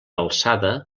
alçada